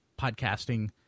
podcasting